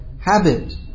habit